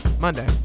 Monday